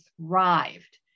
thrived